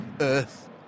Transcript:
Earth